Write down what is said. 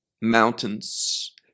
mountains